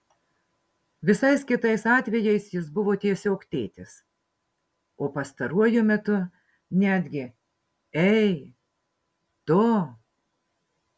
visais kitais atvejais jis buvo tiesiog tėtis o pastaruoju metu netgi ei tu